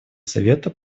совета